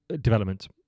development